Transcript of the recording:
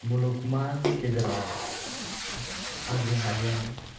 मुलुगमानि गेजेराव हाजो हायेन